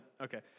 Okay